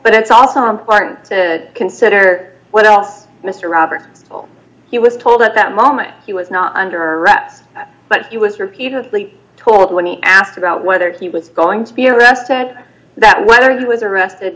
but it's also important to consider what else mr roberts he was told at that moment he was not under wraps but he was repeatedly told when he asked about whether he was going to be arrested and that whether he was arrested